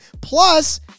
Plus